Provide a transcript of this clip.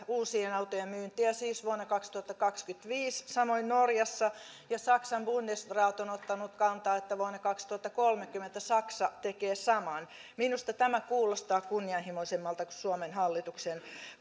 uusien autojen myyntiä siis vuonna kaksituhattakaksikymmentäviisi samoin norjassa ja saksan bundesrat on ottanut kantaa että vuonna kaksituhattakolmekymmentä saksa tekee saman minusta tämä kuulostaa kunnianhimoisemmalta kuin suomen hallituksen